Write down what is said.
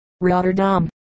Rotterdam